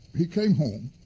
he came home,